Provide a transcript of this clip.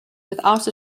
without